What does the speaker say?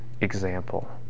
example